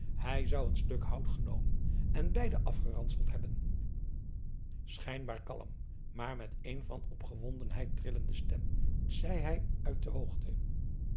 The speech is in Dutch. hij zou een stuk hout genomen en beiden afgeranseld hebben schijnbaar kalm maar met een van opgewondenheid trillende stem zei hij uit de hoogte